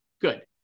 Good